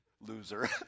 loser